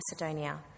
Macedonia